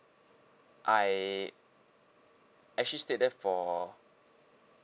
I actually stayed there for